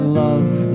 love